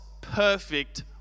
perfect